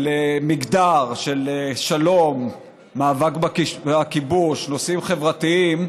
של מגדר, של שלום, מאבק בכיבוש, נושאים חברתיים.